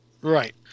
Right